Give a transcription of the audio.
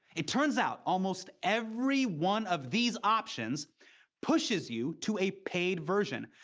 it turns out almost every one of these options pushes you to a paid version.